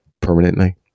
permanently